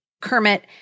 Kermit